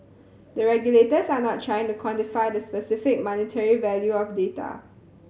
the regulators are not trying to quantify the specific monetary value of data